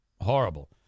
horrible